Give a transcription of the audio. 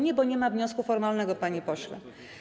Nie, bo nie ma wniosku formalnego, panie pośle.